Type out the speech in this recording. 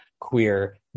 queer